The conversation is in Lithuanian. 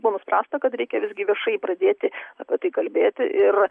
buvo nuspręsta kad reikia visgi viešai pradėti apie tai kalbėti ir